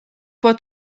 può